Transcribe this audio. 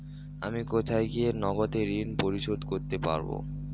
আমি কোথায় গিয়ে নগদে ঋন পরিশোধ করতে পারবো?